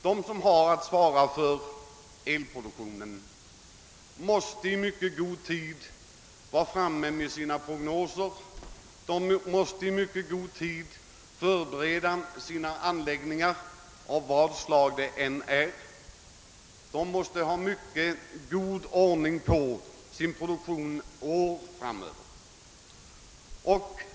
De som har att svara för elproduktionen måste i mycket god tid vara färdiga med sina prognoser, de måste i mycket god tid förbereda sina anläggningar, av vad slag de än är, och de måste ha mycket god ordning på sin produktion för år framöver.